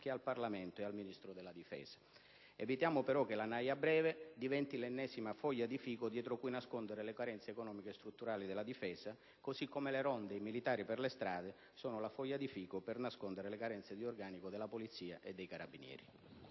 che al Parlamento e al Ministro della difesa. Evitiamo però che la naja breve diventi l'ennesima foglia di fico dietro cui nascondere le carenze economiche e strutturali della Difesa, così come le ronde e i militari per le strade sono la foglia di fico per nascondere le carenze di organico di Polizia e Carabinieri.